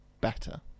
Better